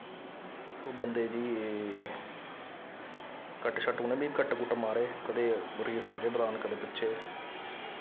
ओह् बंदे जी कट्ट शट्ट उनें बी कट्ट कुट्ट मारे कदें रेस अग्गै बधान कदें पिच्छे